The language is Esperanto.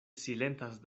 silentas